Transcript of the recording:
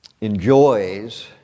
enjoys